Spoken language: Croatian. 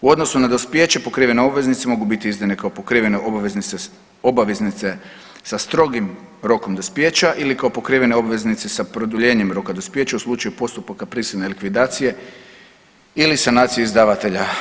U odnosu na dospijeće pokrivene obveznice mogu biti izdane kao pokrivene obveznice sa strogim rokom dospijeća ili kao pokrivene obveznice sa produljenjem roka dospijeća u slučaju postupaka prisilne likvidacije ili sanacije izdavatelja.